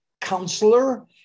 counselor